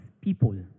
people